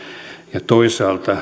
ja toisaalta